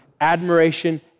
admiration